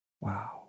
Wow